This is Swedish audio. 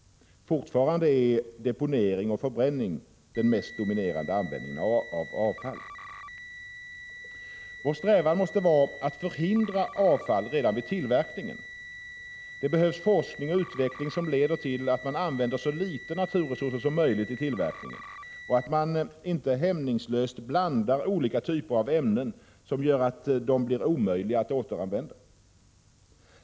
Fortfarande är deponering och förbränning den mest dominerande användningen av avfall! Vår strävan måste vara att förhindra avfall redan vid tillverkningen. Det behövs forskning och utveckling som leder till att man använder så litet naturresurser som möjligt i tillverkningen och att man inte hämningslöst blandar olika typer av ämnen som gör att de blir omöjliga att återanvända.